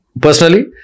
personally